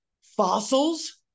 Fossils